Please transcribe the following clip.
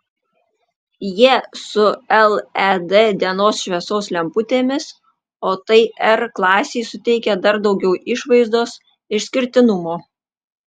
jie su led dienos šviesos lemputėmis o tai r klasei suteikia dar daugiau išvaizdos išskirtinumo